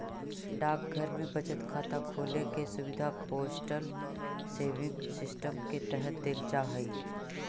डाकघर में बचत खाता खोले के सुविधा पोस्टल सेविंग सिस्टम के तहत देल जा हइ